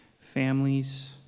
families